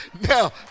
Now